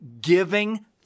giving